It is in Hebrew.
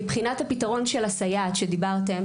מבחינת הפתרון של הסייעת שדיברתם,